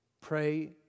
Pray